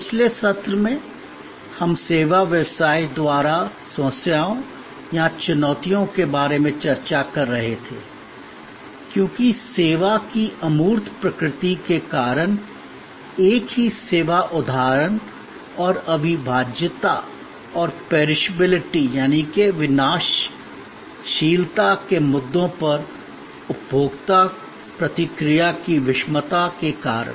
पिछले सत्र में हम सेवा व्यवसाय द्वारा समस्याओं या चुनौतियों के बारे में चर्चा कर रहे थे क्योंकि सेवा की अमूर्त प्रकृति के कारण एक ही सेवा उदाहरण और अविभाज्यता और पेरिशैबिलिटी विनाशशीलता के मुद्दों पर उपभोक्ता प्रतिक्रिया की विषमता के कारण